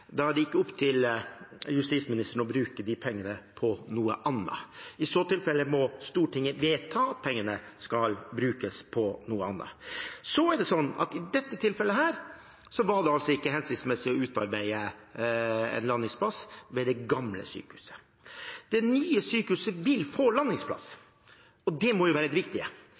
Da er det ikke opp til justisministeren å bruke de pengene på noe annet. I så tilfelle må Stortinget vedta at pengene skal brukes på noe annet. I dette tilfellet var det altså ikke hensiktsmessig å utarbeide en landingsplass ved det gamle sykehuset. Det nye sykehuset vil få landingsplass, og det må jo være det viktige.